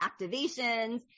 activations